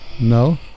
No